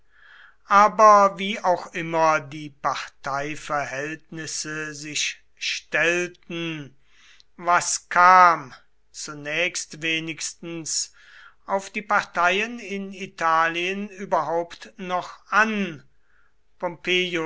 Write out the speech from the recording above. aber wie auch immer die parteiverhältnisse sich stellten was kam zunächst wenigstens auf die parteien in italien überhaupt noch an